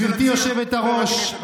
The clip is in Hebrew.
גברתי היושבת-ראש,